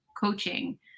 coaching